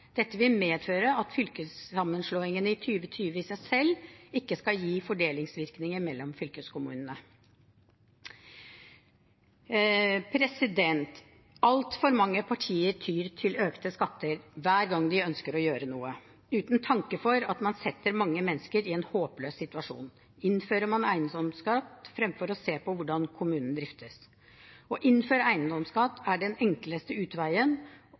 Dette vil medføre at fylkessammenslåingene i 2020 i seg selv ikke skal gi fordelingsvirkninger mellom fylkeskommunene. Altfor mange partier tyr til økte skatter hver gang de ønsker å gjøre noe. Uten tanke for at man setter mange mennesker i en håpløs situasjon, innfører man eiendomsskatt fremfor å se på hvordan kommunen driftes. Å innføre eiendomsskatt er den enkleste utveien,